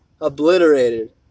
obliterated